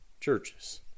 churches